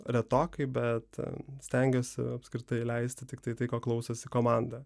retokai bet stengiuosi apskritai leisti tiktai tai ko klausosi komanda